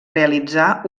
realitzar